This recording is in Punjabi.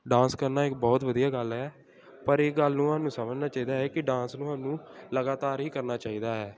ਡਾਂਸ ਕਰਨਾ ਇੱਕ ਬਹੁਤ ਵਧੀਆ ਗੱਲ ਹੈ ਪਰ ਇਹ ਗੱਲ ਨੂੰ ਸਾਨੂੰ ਸਮਝਣਾ ਚਾਹੀਦਾ ਹੈ ਕਿ ਡਾਂਸ ਨੂੰ ਸਾਨੂੰ ਲਗਾਤਾਰ ਹੀ ਕਰਨਾ ਚਾਹੀਦਾ ਹੈ